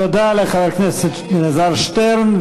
תודה לחבר הכנסת אלעזר שטרן,